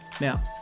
Now